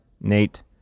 Nate